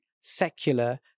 secular